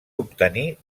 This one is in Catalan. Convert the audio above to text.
obtenir